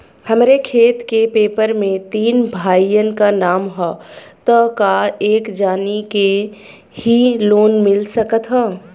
हमरे खेत के पेपर मे तीन भाइयन क नाम ह त का एक जानी के ही लोन मिल सकत ह?